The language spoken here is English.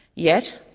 yet